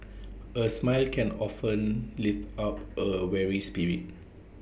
A smile can often lift up A weary spirit